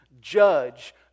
judge